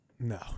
No